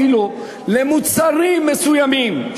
אפילו למוצרים מסוימים,